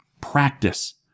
practice